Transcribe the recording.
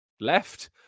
left